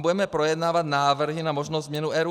Budeme tam projednávat návrhy na možnou změnu RUD.